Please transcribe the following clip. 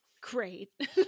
great